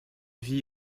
vie